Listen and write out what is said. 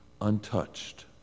untouched